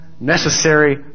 necessary